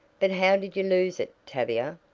but how did you lose it tavia?